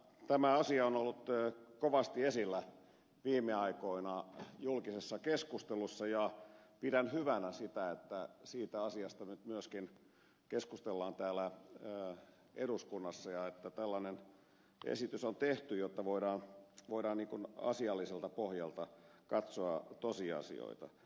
tämä asia on ollut kovasti esillä viime aikoina julkisessa keskustelussa ja pidän hyvänä sitä että siitä asiasta nyt myöskin keskustellaan täällä eduskunnassa ja että tällainen esitys on tehty jotta voidaan asialliselta pohjalta katsoa tosiasioita